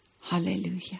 Hallelujah